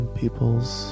people's